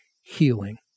healing